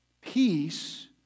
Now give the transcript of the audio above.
peace